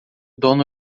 dono